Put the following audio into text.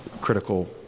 critical